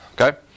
Okay